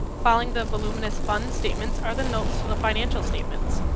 following the voluminous fund statements are the notes to the financial statements.